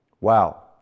Wow